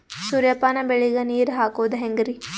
ಸೂರ್ಯಪಾನ ಬೆಳಿಗ ನೀರ್ ಹಾಕೋದ ಹೆಂಗರಿ?